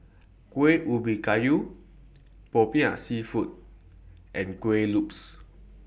Kuih Ubi Kayu Popiah Seafood and Kueh Lopes